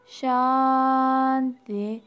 shanti